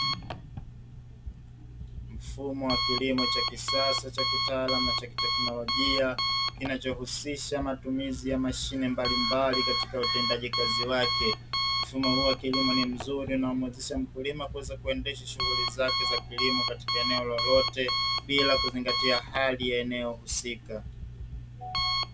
Mfumo wa kilimo cha kisasa, cha kitaalamu na cha ki teknolojia kinachohusisha matumizi ya mashine mbalimbali katika utendaji kazi wake, mfumo huu wa kilimo ni mzuri unaomuwezesha mkulima kuweza kuendesha shughuri zake za kilimo, katika eneo lolote bila kuzingatia hali ya eneo husika.